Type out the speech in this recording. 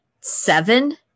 seven